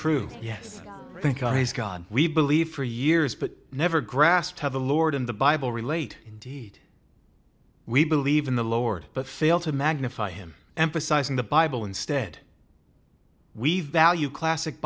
true yes thank god we believe for years but never grasp how the lord and the bible relate indeed we believe in the lord but fail to magnify him emphasizing the bible instead we value classic